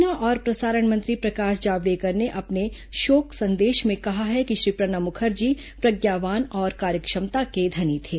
सूचना और प्रसारण मंत्री प्रकाश जावड़ेकर ने अपने शोक संदेश में कहा है कि श्री प्रणब मुखर्जी प्रज्ञावान और कार्यक्षमता के धनी थे